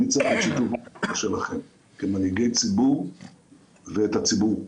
אני צריך את שיתוף הפעולה שלכם כמנהיגי ציבור ואת הציבור,